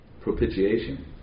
propitiation